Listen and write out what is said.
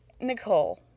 Nicole